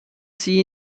sie